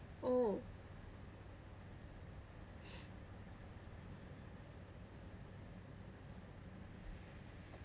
oh